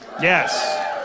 yes